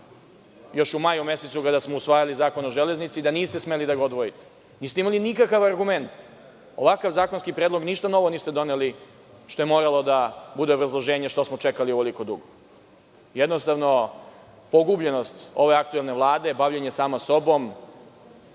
još u maju mesecu, kada smo usvajali Zakon o železnici, da niste smeli da ga odvojite. Niste imali nikakav argument. Ovakav zakonski predlog, ništa novo niste doneli što je moralo da bude obrazloženje što smo čekali ovoliko dugo. Jednostavno, pogubljenost ove aktuelne Vlade, bavljenja sama sobom.